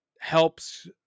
helps